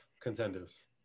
contenders